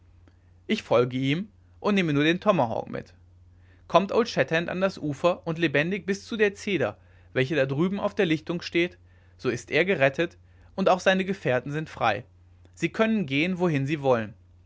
ich folge ihm und nehme nur den tomahawk mit kommt old shatterhand an das ufer und lebendig bis zu der zeder welche da drüben auf der lichtung steht so ist er gerettet und auch seine gefährten sind frei sie können gehen wohin sie wollen